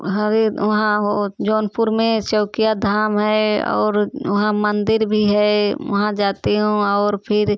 हो जौनपुर में चौकिया धाम है और वहाँ मंदिर भी है वहाँ जाते हैं वहाँ और फिर